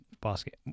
basket